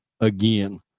again